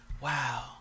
wow